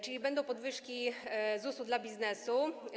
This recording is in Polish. Czyli będą podwyżki ZUS-u dla biznesu.